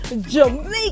Jamaica